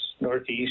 northeast